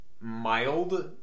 mild